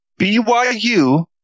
BYU